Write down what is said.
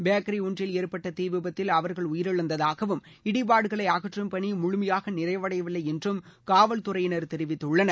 bakery ஒன்றில் ஏற்பட்ட தீ விபத்தில் அவர்கள் உயிரிழந்ததாகவும் இடிபாடுகளை அகற்றும் பணி முழுமையாக நிறைவடையவில்லை என்றும் காவல் துறையினர் தெரிவித்துள்ளனர்